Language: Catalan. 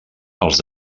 els